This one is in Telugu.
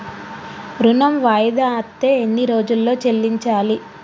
ఋణం వాయిదా అత్తే ఎన్ని రోజుల్లో చెల్లించాలి?